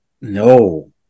no